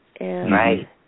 Right